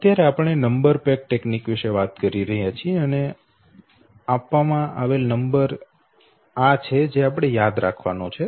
અત્યારે આપણે number peg તકનીક વિશે વાત કરી રહ્યા છીએ અને આ આપવામાં આવેલ નંબર છે આપણે યાદ રાખવાનો છે